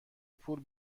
پول